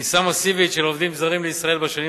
כניסה מסיבית של עובדים זרים לישראל בשנים